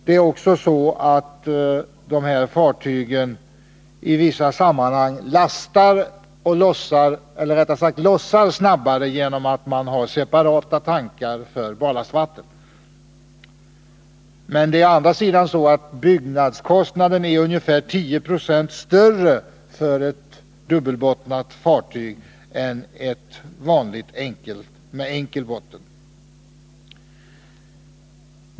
Det är också så att dessa fartyg i vissa sammanhang lossas snabbare genom att man har separata tankar för barlastvattnet. Men å andra sidan är byggnadskostnaden ungefär 10 96 större för ett dubbelbottnat fartyg än för ett med enkel botten.